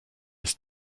ist